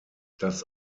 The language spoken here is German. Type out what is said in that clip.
das